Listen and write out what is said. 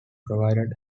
provided